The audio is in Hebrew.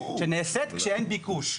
שנעשית כשאין ביקוש.